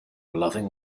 loving